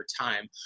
time